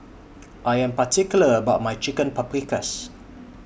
I Am particular about My Chicken Paprikas